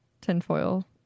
tinfoil